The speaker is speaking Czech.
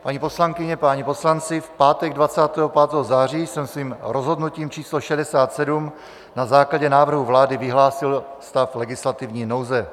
Paní poslankyně, páni poslanci, v pátek 25. září jsem svým rozhodnutím č. 67 na základě návrhu vlády vyhlásil stav legislativní nouze.